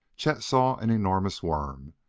chet saw an enormous worm,